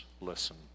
listen